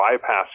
bypass